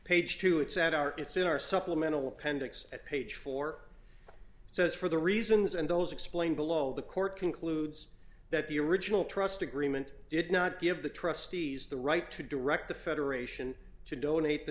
page two it's at our it's in our supplemental appendix at page four says for the reasons and those explain below the court concludes that the original trust agreement did not give the trustees the right to direct the federation to donate t